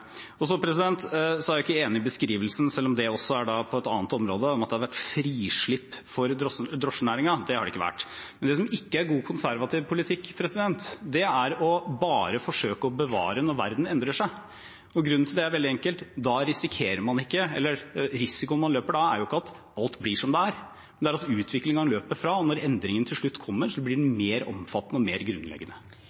er ikke enig i beskrivelsen – selv om det også er på et annet område – av at det har vært frislipp for drosjenæringen. Det har det ikke vært. Men det som ikke er god konservativ politikk, er å forsøke bare å bevare når verden endrer seg. Grunnen til det er veldig enkel: Risikoen man løper da, er ikke at alt blir som det er, men at utviklingen løper fra, og når endringen til slutt kommer, blir den